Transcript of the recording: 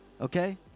Okay